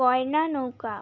গয়না নৌকা